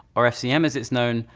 or fcm as it's known,